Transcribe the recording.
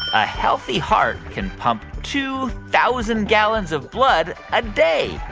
a healthy heart can pump two thousand gallons of blood a day?